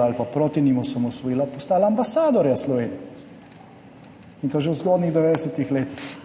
ali pa proti njim osamosvojila, postala ambasadorja Slovenije in to že v zgodnjih 90. letih.